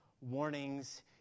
warnings